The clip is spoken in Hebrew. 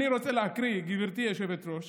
אני רוצה להקריא, גברתי היושבת-ראש